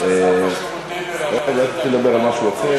כרגע, אראל, תתחיל לדבר על משהו אחר